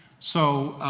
so,